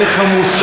אין לך מושג,